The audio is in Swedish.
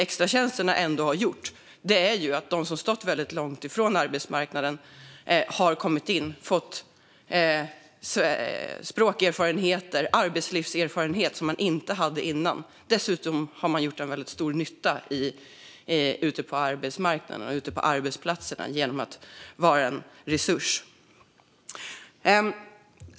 Extratjänsterna har ändå gjort att de som har stått väldigt långt från arbetsmarknaden har kommit in och fått språk och arbetslivserfarenhet som man inte hade innan. Dessutom har man gjort väldigt stor nytta ute på arbetsplatserna genom att vara en resurs.